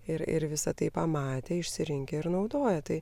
ir ir visą tai pamatę išsirinkę ir naudoja tai